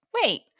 Wait